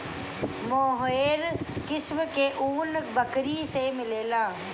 मोहेर किस्म के ऊन बकरी से मिलेला